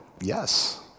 Yes